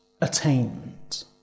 attainment